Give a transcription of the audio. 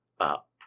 Up